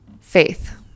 Faith